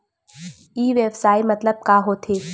ई व्यवसाय मतलब का होथे?